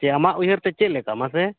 ᱥᱮ ᱟᱢᱟᱜ ᱩᱭᱦᱟᱹᱨ ᱛᱮ ᱪᱮᱫ ᱞᱮᱠᱟ ᱢᱟᱥᱮ